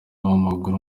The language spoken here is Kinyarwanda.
w’amaguru